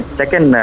second